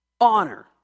Honor